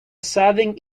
serving